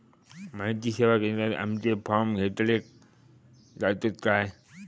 माहिती सेवा केंद्रात आमचे फॉर्म घेतले जातात काय?